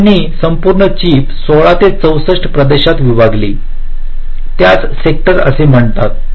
त्यांनी संपूर्ण चिप 16 ते 64 प्रदेशात विभागले त्यास सेक्टर असे म्हणतात